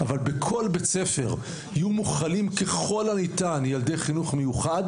בבתי הספר יהיו מוכלים ילדי חינוך מיוחד,